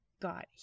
Got